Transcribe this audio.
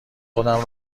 خودم